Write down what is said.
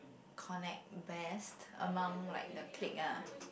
connect best among like the clique ah